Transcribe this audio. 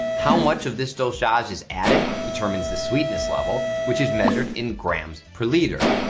how much of this dosage ah is is added determines the sweetness level which is measured in grams per liter.